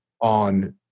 on